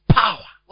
power